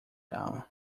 down